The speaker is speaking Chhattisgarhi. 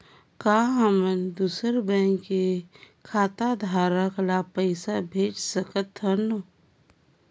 का हमन दूसर बैंक के खाताधरक ल पइसा भेज सकथ हों?